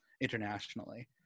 internationally